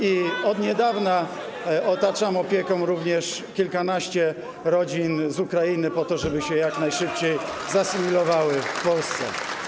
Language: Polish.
i od niedawna otaczam opieką również kilkanaście rodzin z Ukrainy po to, żeby się jak najszybciej zasymilowały w Polsce.